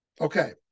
okay